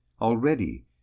Already